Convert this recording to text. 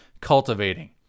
cultivating